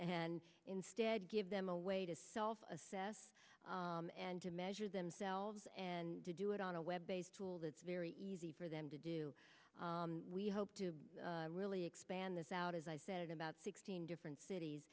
and instead give them a way to solve assess and to measure themselves and to do it on a web based tool that's very easy for them to do we hope to really expand this out as i said about sixteen different cities